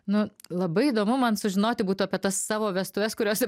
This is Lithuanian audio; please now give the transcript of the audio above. nu labai įdomu man sužinoti būtų apie tas savo vestuves kurios